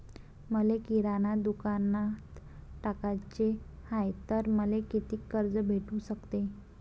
मले किराणा दुकानात टाकाचे हाय तर मले कितीक कर्ज भेटू सकते?